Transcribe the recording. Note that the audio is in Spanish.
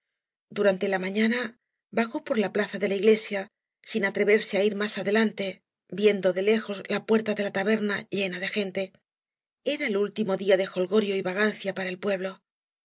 durante la mañana vagó por la plaza de la iglesia sin atre verse á ir más adelante viendo de lejos la puerta de la taberna llena de gente era el último día de jolgorio y vagancia para el pueblo